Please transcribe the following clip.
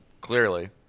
clearly